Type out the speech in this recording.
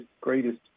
greatest